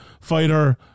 fighter